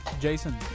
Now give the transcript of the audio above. Jason